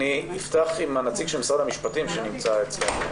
אני אפתח עם הנציג של משרד המשפטים שנמצא אצלנו.